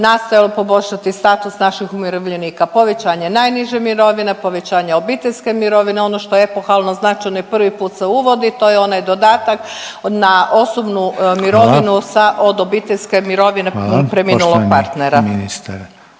nastojao poboljšati status naših umirovljenika povećanje najniže mirovine, povećanje obiteljske mirovine. Ono što je epohalno značajno i prvi put se uvodi to je onaj dodatak na osobnu mirovinu sa … …/Upadica Reiner: Hvala./… … od obiteljske mirovine preminulog partnera.